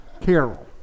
Carol